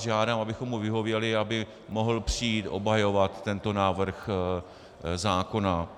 Žádám vás, abychom mu vyhověli, aby mohl přijít obhajovat tento návrh zákona.